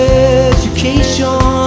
education